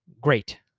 Great